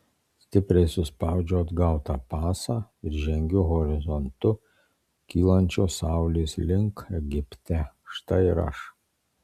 stipriai suspaudžiu atgautą pasą ir žengiu horizontu kylančios saulės link egipte štai ir aš